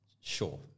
Sure